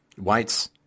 whites